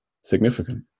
significant